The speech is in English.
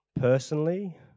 personally